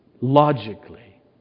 logically